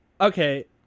Okay